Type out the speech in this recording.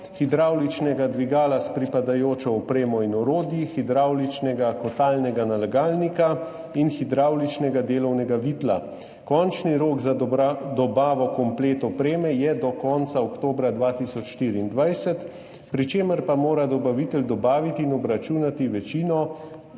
hidravličnega dvigala s pripadajočo opremo in orodji, hidravličnega kotalnega nalagalnika in hidravličnega delovnega vitla. Končni rok za dobavo kompletne opreme je do konca oktobra 2024, pri čemer pa mora dobavitelj dobaviti in obračunati večino,